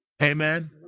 Amen